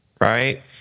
right